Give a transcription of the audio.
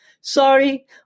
Sorry